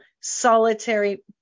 solitary